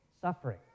suffering